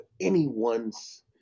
anyone's